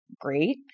great